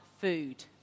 food